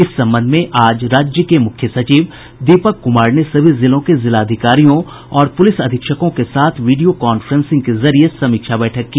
इस संबंध में आज राज्य के मुख्य सचिव दीपक कुमार ने सभी जिलों के जिलाधिकारियों और पूलिस अधीक्षकों के साथ वीडियो कॉफ्रेंसिंग के जरिये समीक्षा बैठक की